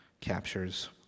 captures